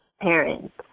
parents